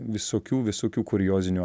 visokių visokių kuriozinių